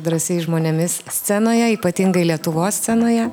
drąsiais žmonėmis scenoje ypatingai lietuvos scenoje